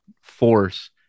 force